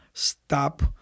stop